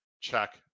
check